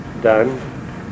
done